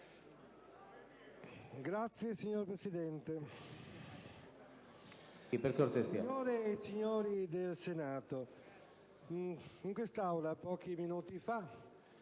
*(PdL)*. Signor Presidente, signore e signori del Senato, in quest'Aula, pochi minuti fa,